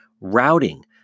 routing